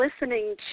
listening